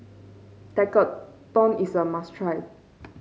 tekkadon is a must try